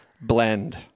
blend